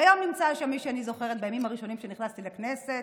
והיום נמצא שם מי שאני זוכרת שבימים הראשונים שנכנסתי לכנסת